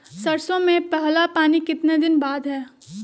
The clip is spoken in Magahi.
सरसों में पहला पानी कितने दिन बाद है?